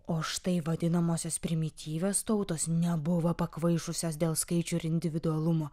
o štai vadinamosios primityvios tautos nebuvo pakvaišusios dėl skaičių ir individualumo